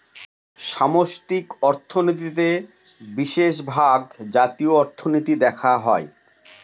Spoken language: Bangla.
সামষ্টিক অর্থনীতিতে বিশেষভাগ জাতীয় অর্থনীতি দেখা হয়